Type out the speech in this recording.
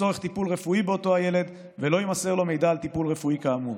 לצורך טיפול רפואי באותו הילד ולא יימסר לו מידע על טיפול רפואי כאמור.